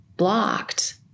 blocked